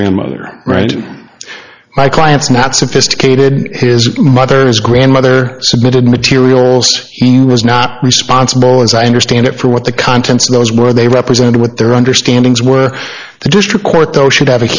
grandmother right my client's not sophisticated his mother his grandmother submitted materials he was not responsible as i understand it for what the contents of those were they represent what their understanding is were the district court though should have a